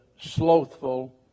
slothful